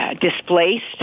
displaced